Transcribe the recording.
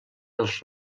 els